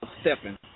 stepping